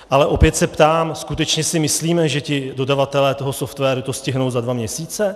Ale opět se ptám: Skutečně si myslíme, že dodavatelé toho softwaru to stihnou za dva měsíce?